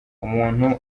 umuntu